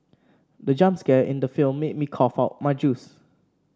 the jump scare in the film made me cough out my juice